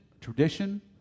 tradition